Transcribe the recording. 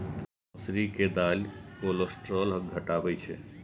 मौसरी के दालि कोलेस्ट्रॉल घटाबै छै